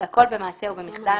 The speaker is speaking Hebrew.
והכול במעשה או במחדל,